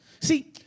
See